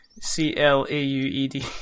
C-L-A-U-E-D